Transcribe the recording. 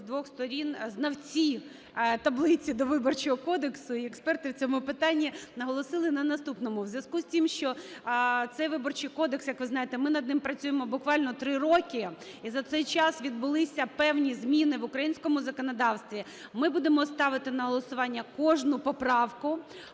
з двох сторін знавці таблиці до Виборчого кодексу і експерти в цьому питанні наголосили на наступному. У зв’язку з тим, що цей Виборчий кодекс, як ви знаєте, ми над ним працюємо буквально 3 роки, і за цей час відбулися певні зміни в українському законодавстві, ми будемо ставити на голосування кожну поправку.